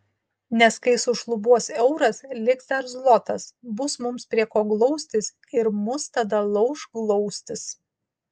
nes kai sušlubuos euras liks dar zlotas bus mums prie ko glaustis ir mus tada lauš glaustis